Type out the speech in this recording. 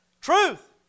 truth